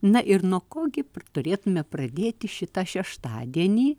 na ir nuo ko gi turėtume pradėti šitą šeštadienį